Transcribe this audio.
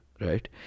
right